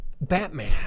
Batman